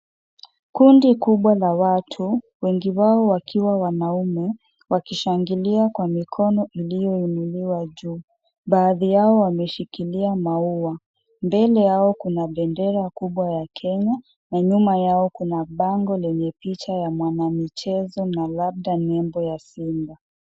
Kundi kubwa la watu wengi wao wakiwa wanaume, wakishangilia kwa mikono iliyoinuliwa juu. Baadhi yao wameshikilia maua. Mbele yao kuna bendera kubwa ya Kenya na nyuma yao kuna bango lenye picha ya mwanamichezo na labda nembo ya simba.